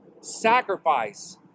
sacrifice